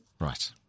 Right